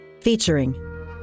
Featuring